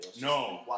No